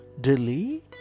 Delhi